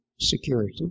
security